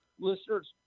Listeners